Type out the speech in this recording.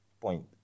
point